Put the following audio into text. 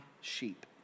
sheep